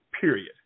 period